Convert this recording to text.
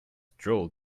drilled